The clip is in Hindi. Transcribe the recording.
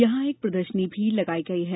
यहां एक प्रदर्शनी भी लगाई गई है